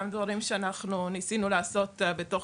גם דברים שאנחנו ניסינו לעשות בתוך